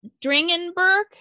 Dringenberg